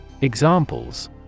Examples